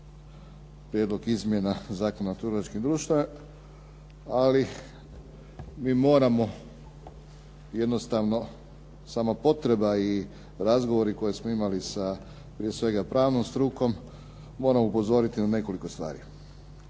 Prijedlog izmjena Zakona o trgovačkim društvima, ali mi moramo jednostavno samo potreba i razgovori koje smo imali sa, prije svega, pravnom strukom, moramo upozoriti na nekoliko stvari.